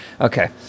Okay